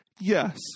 yes